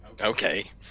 Okay